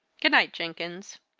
good night, jenkins.